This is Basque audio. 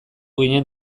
ginen